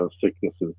sicknesses